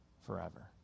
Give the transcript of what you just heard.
forever